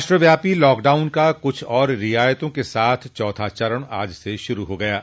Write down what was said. राष्ट्र व्यापी लॉकडाउन का कुछ और रियायतों के साथ चौथा चरण आज से शुरू हो गया है